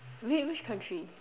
wh~ which country